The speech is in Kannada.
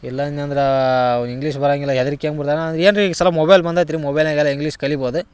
ಇಲ್ಲ ಅನ್ಯಂದ್ರೆ ಅವಾ ಇಂಗ್ಲೀಷ್ ಬರೋಂಗಿಲ್ಲ ಹೆದ್ರಿಕೆ ಅಗ್ಬಿಡ್ತಾನೆ ಏನು ರೀ ಈ ಸಲ ಮೊಬೈಲ್ ಬಂದೈತೆ ರೀ ಮೊಬೈಲ್ನ್ಯಾಗ ಎಲ್ಲ ಇಂಗ್ಲೀಷ್ ಕಲಿಬೋದು